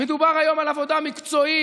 מדובר היום על עבודה מקצועית,